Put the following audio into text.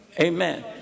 amen